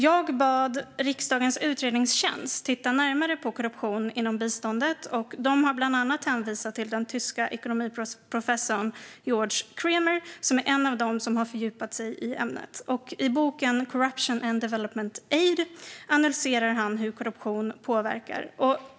Jag bad riksdagens utredningstjänst att titta närmare på korruptionen inom biståndet. De har bland annat hänvisat till den tyske ekonomiprofessorn Georg Cremer, som är en av dem som har fördjupat sig i ämnet. I boken Corrup tion & Development Aid analyserar han hur korruption påverkar.